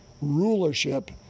rulership